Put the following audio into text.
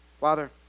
Father